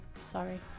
Sorry